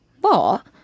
What